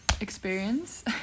experience